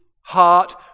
heart